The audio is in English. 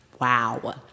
Wow